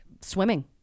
swimming